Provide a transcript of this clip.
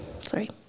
sorry